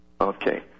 Okay